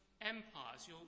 empires